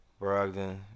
Brogdon